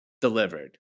delivered